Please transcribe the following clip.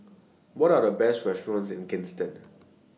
What Are The Best restaurants in Kingston